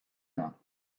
ne’a